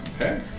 Okay